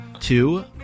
Two